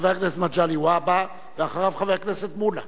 חבר הכנסת מגלי והבה, ואחריו, חבר הכנסת מולה.